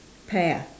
pear ah